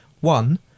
One